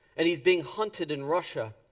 and he's being hunted in russia.